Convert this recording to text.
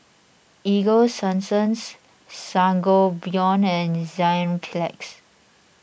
Ego Sunsense Sangobion and Enzyplex